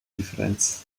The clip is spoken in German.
differenz